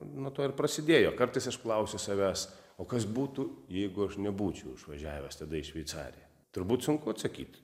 nuo to ir prasidėjo kartais aš klausiu savęs o kas būtų jeigu aš nebūčiau išvažiavęs tada į šveicariją turbūt sunku atsakyt